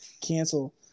cancel